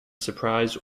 surprise